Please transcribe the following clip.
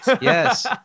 yes